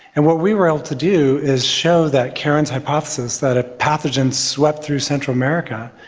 and what we were able to do is show that karen's hypothesis that a pathogen swept through central america,